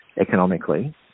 economically